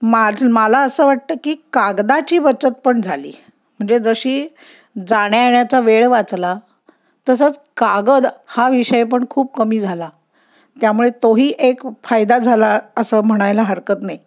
माझ मला असं वाटतं की कागदाची बचत पण झाली म्हणजे जशी जाण्यायेण्याचा वेळ वाचला तसंच कागद हा विषय पण खूप कमी झाला त्यामुळे तोही एक फायदा झाला असं म्हणायला हरकत नाही